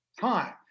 time